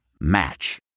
Match